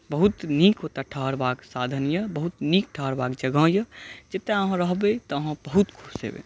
बहुत नीक ओतऽ ठहरबाक साधन यऽ बहुत नीक ठहरबाक जगह यऽ जतऽ आहाँ रहबै तऽ आहाँ बहुत खुश हेबै